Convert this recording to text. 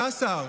אתה השר.